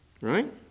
Right